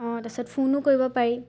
অঁ তাৰপিছত ফোনো কৰিব পাৰি